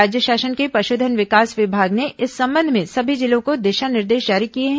राज्य शासन के पशुधन विकास विभाग ने इस संबंध में सभी जिलों को दिशा निर्देश जारी किए हैं